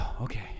Okay